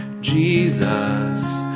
Jesus